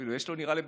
בטח מה להגיד.